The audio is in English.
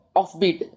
offbeat